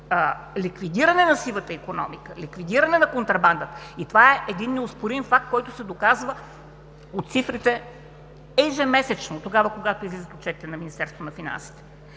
ликвидиране на сивата икономика, на контрабандата. Това е неоспорим факт, който се доказва от цифрите ежемесечно, когато излизат отчетите на Министерството на финансите.